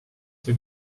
see